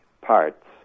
parts